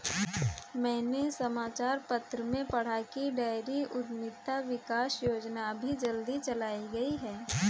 मैंने समाचार पत्र में पढ़ा की डेयरी उधमिता विकास योजना अभी जल्दी चलाई गई है